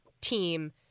team